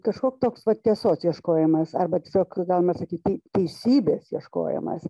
kažkoks toks vat tiesos ieškojimas arba tiesiog galima sakyti teisybės ieškojimas